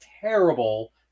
terrible